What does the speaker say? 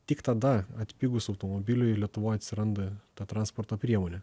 tik tada atpigus automobiliui lietuvoj atsiranda ta transporto priemonė